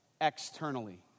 externally